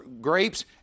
grapes